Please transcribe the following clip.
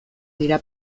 dira